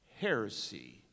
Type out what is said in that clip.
heresy